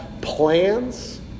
Plans